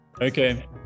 Okay